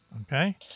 Okay